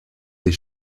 des